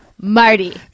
Marty